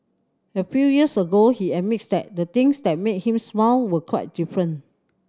a few years ago he admits that the things that made him smile were quite different